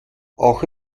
auch